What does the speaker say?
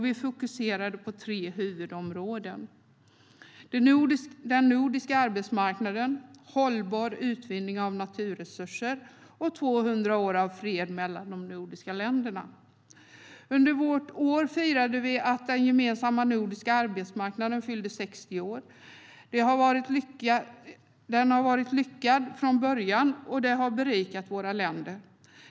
Vi fokuserade på tre huvudområden den nordiska arbetsmarknaden hållbar utvinning av naturresurser 200 år av fred mellan de nordiska länderna. Under vårt år firade vi att den gemensamma nordiska arbetsmarknaden fyllde 60 år. Den har varit lyckad från början och har berikat våra länder.